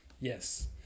Yes